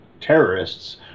terrorists